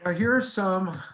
ah here's some.